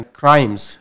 crimes